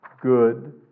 good